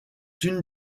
une